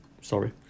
sorry